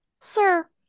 sir